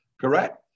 Correct